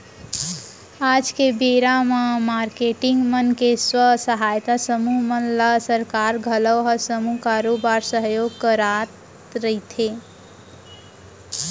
आज के बेरा म मारकेटिंग मन के स्व सहायता समूह मन ल सरकार घलौ ह समूह बरोबर सहयोग करत रथे